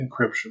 encryption